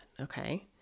Okay